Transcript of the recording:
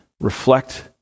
reflect